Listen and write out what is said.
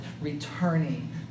returning